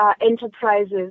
enterprises